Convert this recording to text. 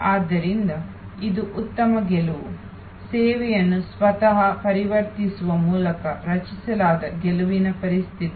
ಆದ್ದರಿಂದ ಇದು ಉತ್ತಮ ಗೆಲುವು ಸೇವೆಯನ್ನು ಸ್ವತಃ ಪರಿವರ್ತಿಸುವ ಮೂಲಕ ರಚಿಸಲಾದ ಗೆಲುವಿನ ಪರಿಸ್ಥಿತಿ